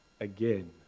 again